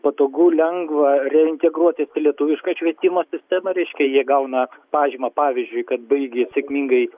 patogu lengva reintegruotis į lietuvišką švietimo sistemą reiškia jie gauna pažymą pavyzdžiui kad baigė sėkmingai